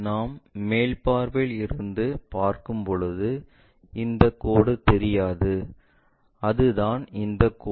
நாம் மேல் பார்வையில் இருந்து பார்க்கும்போது இந்த கோடு தெரியாது அதுதான் இந்த கோடு